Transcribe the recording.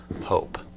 hope